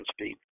speed